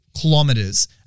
kilometers